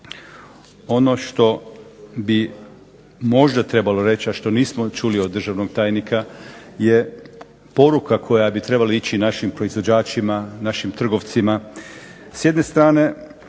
Ono što bih možda trebalo reći, a što nismo čuli od državnog tajnika je poruka koja bi trebala ići našim proizvođačima, našim trgovcima.